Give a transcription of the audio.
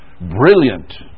brilliant